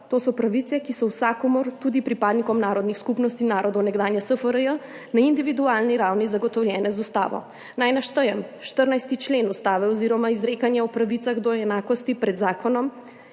To so pravice, ki so vsakomur, tudi pripadnikom narodnih skupnosti narodov nekdanje SFRJ, na individualni ravni zagotovljene z ustavo. Naj naštejem, 14. člen Ustave oziroma izrekanje o pravicah do enakosti pred zakonom,